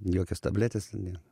jokios tabletės ne